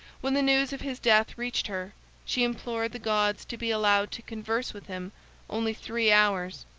when the news of his death reached her she implored the gods to be allowed to converse with him only three hours.